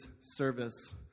service